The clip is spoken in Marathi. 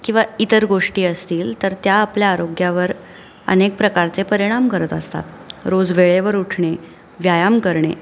किंवा इतर गोष्टी असतील तर त्या आपल्या आरोग्यावर अनेक प्रकारचे परिणाम करत असतात रोज वेळेवर उठणे व्यायाम करणे